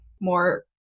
more